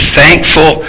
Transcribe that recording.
thankful